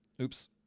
Oops